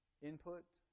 Input